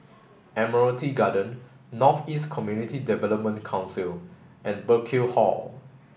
Admiralty Garden North East Community Development Council and Burkill Hall